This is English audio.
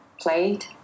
played